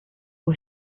aux